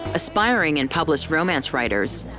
aspiring and published romance writers,